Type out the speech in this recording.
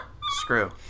screw